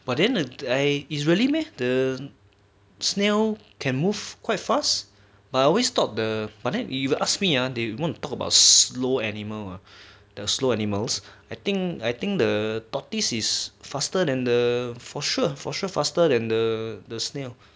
but then uh I is really meh the snail can move quite fast but I always thought the but then if you ask me ah you want to talk about slow animal uh the slow animals I think I think the tortoise is faster than the for sure for sure faster than the the snail